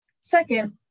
Second